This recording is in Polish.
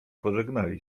pożegnali